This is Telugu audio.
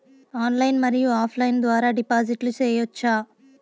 ఆన్లైన్ మరియు ఆఫ్ లైను ద్వారా డిపాజిట్లు సేయొచ్చా?